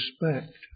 respect